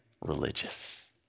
religious